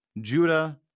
Judah